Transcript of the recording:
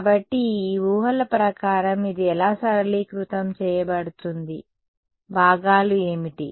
కాబట్టి మా ఊహల ప్రకారం ఇది ఎలా సరళీకృతం చేయబడుతుందిభాగాలు ఏమిటి